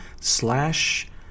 slash